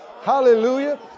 Hallelujah